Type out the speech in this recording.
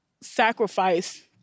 sacrifice